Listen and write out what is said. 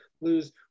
lose